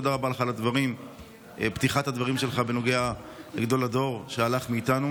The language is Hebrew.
תודה רבה לך על פתיחת הדברים שלך בנוגע לגדול הדור שהלך מאיתנו.